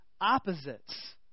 opposites